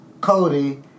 Cody